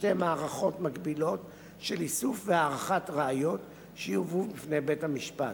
שתי מערכות מקבילות של איסוף והערכת ראיות שיובאו בפני בית-המשפט,